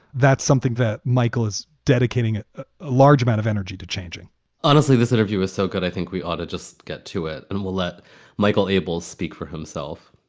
that's something that michael is dedicating a large amount of energy to changing honestly, this interview is so good, i think we ought to just get to it and we'll let michael abels speak for himself